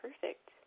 perfect